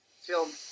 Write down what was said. filmed